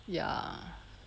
ya